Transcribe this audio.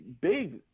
big